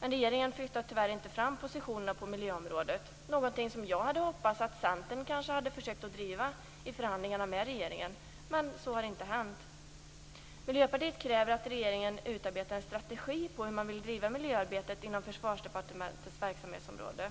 Regeringen flyttar tyvärr inte fram positionerna på miljöområdet - någonting som jag hade hoppats att Centern skulle ha försökt driva i förhandlingar med regeringen, men så har inte skett. Miljöpartiet kräver att regeringen utarbetar en strategi för hur man vill driva miljöarbetet inom Försvarsdepartementets verksamhetsområde.